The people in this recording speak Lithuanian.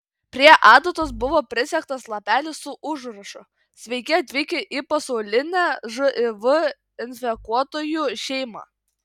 prie adatos buvo prisegtas lapelis su užrašu sveiki atvykę į pasaulinę živ infekuotųjų šeimą